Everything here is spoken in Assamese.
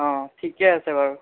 অঁ ঠিকে আছে বাৰু